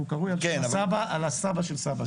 והוא קרוי על שם סבא של סבא שלי.